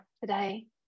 today